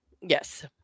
Yes